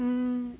mm